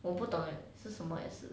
我不懂 eh 是什么意思